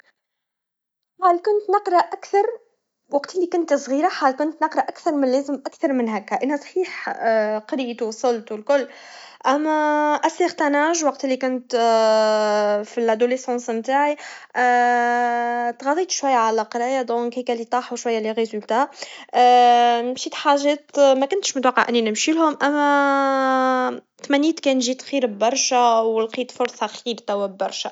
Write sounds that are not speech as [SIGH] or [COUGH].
حال كنت نقرأ أكثر, وقت اللي كنت صغير حال كنت نقرأ أكثر ماللازم أكتر من هكا, أنا صحيح قريت ووصلت والكل, أما وقت اللي كنت [HESITATION] في فترة الثانويا العاما [HESITATION] تغاضيت شويا عالقرايا لذا طاحو شويا النتايج, مشيت حاجات مكنتش نتوقع إني نمشيلهم, [HESITATION] تمنيت كان جيت خير برشا, ولقيت فرصا خير توا برشا.